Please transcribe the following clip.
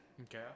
Okay